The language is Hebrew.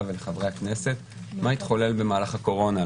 ולחברי הכנסת מה התחולל במהלך הקורונה.